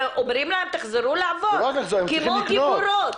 ואומרים להן תחזרו לעבודה כמו גיבורות.